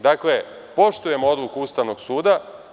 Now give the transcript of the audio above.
Dakle, poštujemo odluku Ustavnog suda.